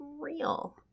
real